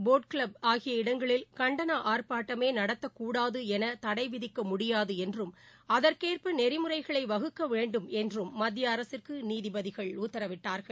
Boat Club ஆகிய இடங்களில் கண்டன ஆர்ப்பாட்டமே நடத்தக் கூடாது என தடை விதிக்க முடியாது என்றும் அதற்கேற்ப நெறிமுறைகளை வகுக்க முடியும் என்றும் மத்திய அரசிற்கு நீதிபதிகள் உத்தரவிட்டார்கள்